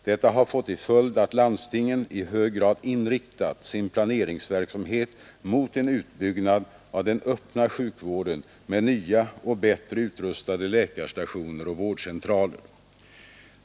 Detta har fått till följd att landstingen i hög grad inriktat sin planeringsverksamhet mot en utbyggnad av den öppna sjukvården med nya och bättre utrustade läkarstationer och vårdcentraler.